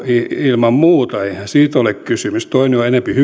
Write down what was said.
ilman muuta eihän siitä ole kysymys toinen on enempi hygieeninen toinen on